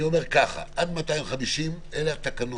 אני אומר, עד 250 אלה התקנות,